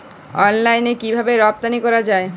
অনলাইনে কিভাবে রপ্তানি করা যায়?